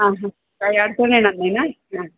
हां हां काही अडचण येणार नाही ना हां